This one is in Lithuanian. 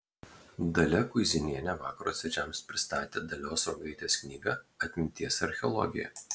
dalia kuizinienė vakaro svečiams pristatė dalios sruogaitės knygą atminties archeologija